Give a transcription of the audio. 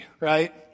right